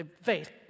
faith